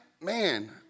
man